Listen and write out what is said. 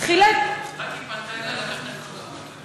לקחת את כל תשומת הלב.